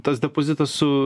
tas depozitas su